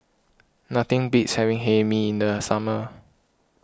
nothing beats having Hae Mee in the summer